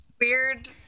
Weird